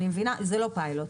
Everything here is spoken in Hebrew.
זה לא פיילוט.